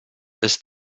ist